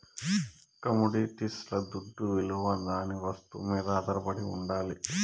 కమొడిటీస్ల దుడ్డవిలువ దాని వస్తువు మీద ఆధారపడి ఉండాలి